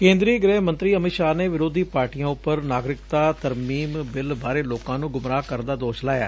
ਕੇਦਰੀ ਗ੍ਰਹਿ ਮੰਤਰੀ ਅਮਿਤ ਸ਼ਾਹ ਨੇ ਵਿਰੋਧੀ ਪਾਰਟੀਆਂ ਉਪਰ ਨਾਗਰਿਕਤਾ ਤਰਮੀਮ ਬਿੱਲ ਬਾਰੇ ਲੋਕਾਂ ਨੂੰ ਗ੍ਰੰਮਰਾਹ ਕਰਨ ਦਾ ਦੋਸ਼ ਲਾਇਐ